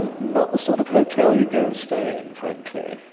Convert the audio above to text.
not the sort of hotel you going stay in frankly,